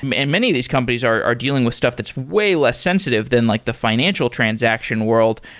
um and many of these companies are dealing with stuff that's way less sensitive than like the financial transaction world.